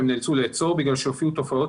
הן נאלצו לעצור מאחר שהופיעו תופעות